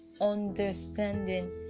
understanding